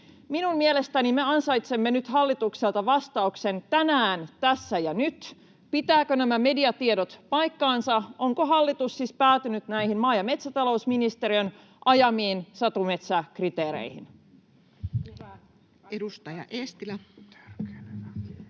Minun mielestäni me ansaitsemme hallitukselta vastauksen tänään, tässä ja nyt: pitävätkö nämä mediatiedot paikkansa, onko hallitus siis päätynyt näihin maa- ja metsätalousministeriön ajamiin satumetsäkriteereihin? Edustaja Eestilä.